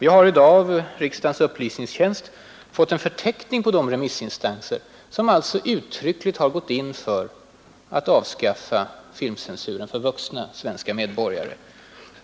Jag har i dag från riksdagens upplysningstjänst fått en förteckning på de remissinstanser som alltså uttryckligen har gått in för att avskaffa filmcensuren för vuxna svenska medborgare.